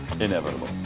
inevitable